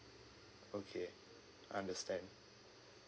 okay understand